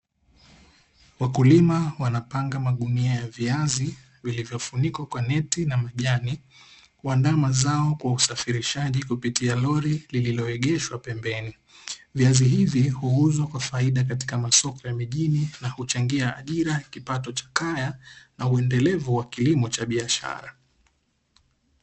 Wakulima wanapanga magunia ya viazi vilivyofunikwa kwa neti na majani, kuandaa mazao kwa usafirishaji kupitia lori lililoegeshwa pembeni. Viazi hivi huuzwa kwa faida katika masoko ya mijini na huchangia ajira, kipato cha kaya na uendelevu wa kilimo cha biashara.